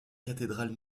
cathédrale